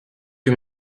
que